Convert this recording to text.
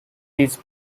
these